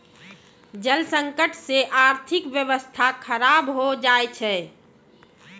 जल संकट से आर्थिक व्यबस्था खराब हो जाय छै